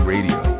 Radio